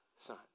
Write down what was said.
son